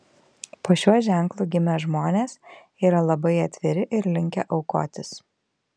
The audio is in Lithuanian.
po šiuo ženklu gimę žmonės yra labai atviri ir linkę aukotis